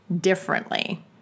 differently